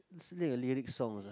is like a lyric song ah